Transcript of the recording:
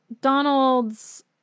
Donald's